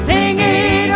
Singing